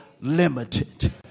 limited